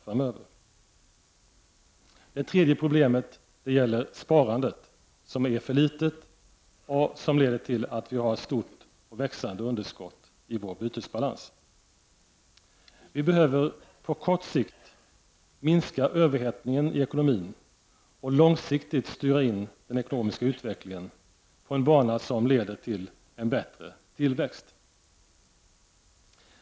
För det tredje gäller det sparandet som är för litet, vilket leder till att vi har ett stort och växande underskott i vår bytesbalans. Vi behöver på kort sikt minska överhettningen i ekonomin och långsiktigt styra in den ekonomiska utvecklingen på en bana som leder till en bättre tillväxt.